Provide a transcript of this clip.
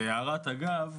בהערת אגב: